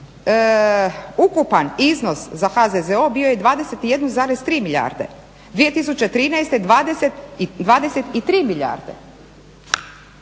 ukupan iznos za HZZO bio je 21,3 milijarde, 2013. 23 milijarde.